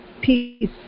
peace